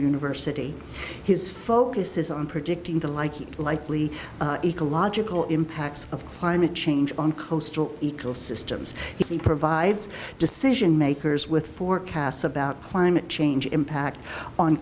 university his focus is on predicting the like likely ecological impacts of climate change on coastal ecosystems he provides decision makers with forecasts about climate change impact on